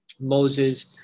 Moses